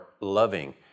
loving